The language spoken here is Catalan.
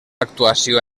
actuació